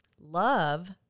love